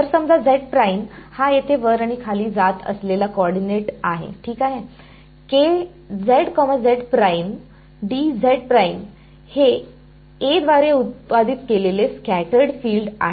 तर समजा हा येथे वर आणि खाली जात असलेला कोऑर्डिनेट आहे ठीक आहे हे A द्वारे उत्पादित केलेले स्कॅटरड् फिल्ड आहे